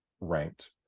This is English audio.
ranked